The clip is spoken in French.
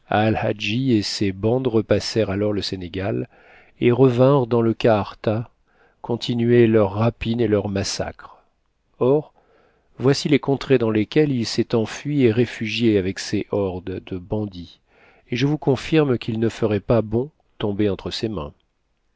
ses bandes repassèrent alors le sénégal et revinrent dans le kaarta continuer leurs rapines et leurs massacres or voici les contrées dans lesquelles il s'est enfui et réfugié avec ses hordes de bandits et je vous affirme qu'il ne ferait pas bon tomber entre ses mains